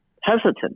hesitant